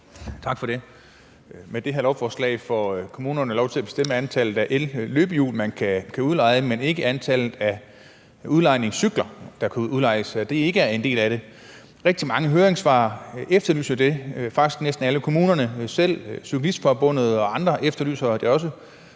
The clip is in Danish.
Tak for det. Med det her lovforslag får kommunerne lov til at bestemme antallet af elløbehjul, man kan udleje – men ikke antallet af cykler, der kan udlejes; det er ikke en del af det. Rigtig mange høringssvar efterlyser det – faktisk næsten alle kommunerne – selv Cyklistforbundet og andre efterlyser det,